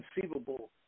conceivable